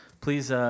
Please